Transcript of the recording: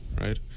right